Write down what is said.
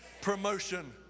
promotion